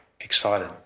excited